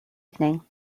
evening